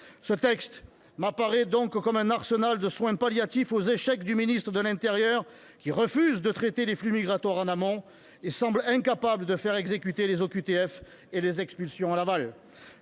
Ce texte m’apparaît donc comme un arsenal de soins palliatifs pour traiter les échecs du ministre de l’intérieur, qui refuse de traiter les flux migratoires en amont et semble incapable de faire exécuter les obligations de quitter le